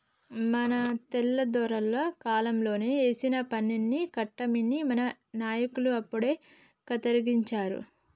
మన తెల్లదొరల కాలంలోనే ఏసిన పన్నుల్ని కట్టమని మన నాయకులు అప్పుడే యతిరేకించారు